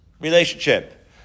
relationship